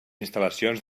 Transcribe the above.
instal·lacions